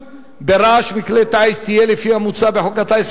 ברעש מכלי טיס תהיה לפי המוצע בחוק הטיס,